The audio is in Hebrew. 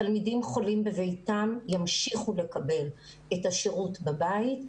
תלמידים חולים בביתם ימשיכו לקבל את השירות בבית.